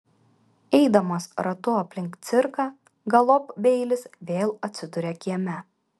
eidamas ratu aplink cirką galop beilis vėl atsiduria kieme